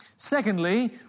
Secondly